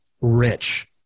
rich